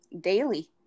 daily